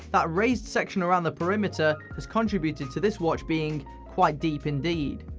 that raised section around the perimeter has contributed to this watch being quite deep, indeed,